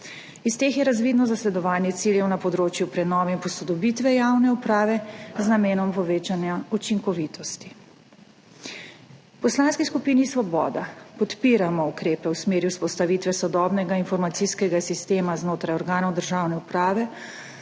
Iz teh je razvidno zasledovanje ciljev na področju prenove in posodobitve javne uprave z namenom povečanja učinkovitosti. V Poslanski skupini Svoboda podpiramo ukrepe v smeri vzpostavitve sodobnega informacijskega sistema znotraj organov državne uprave